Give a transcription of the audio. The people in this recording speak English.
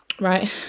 Right